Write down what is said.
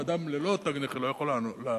ואדם ללא תג נכה לא יכול לחנות.